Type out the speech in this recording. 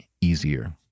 easier